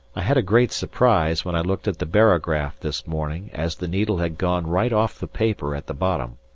i had a great surprise when i looked at the barograph this morning as the needle had gone right off the paper at the bottom,